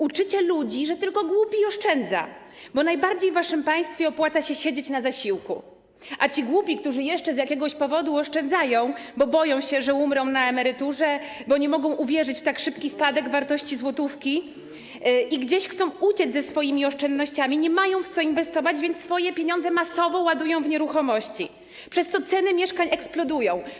Uczycie ludzi, że tylko głupi oszczędza, bo najbardziej w waszym państwie opłaca się siedzieć na zasiłku, a ci głupi, którzy jeszcze z jakiegoś powodu oszczędzają, bo boją się, że umrą na emeryturze, nie mogą uwierzyć w tak szybki spadek wartości złotówki i gdzieś chcą uciec ze swoimi oszczędnościami, nie mają w co inwestować, więc swoje pieniądze masowo ładują w nieruchomości, przez co ceny mieszkań eksplodują.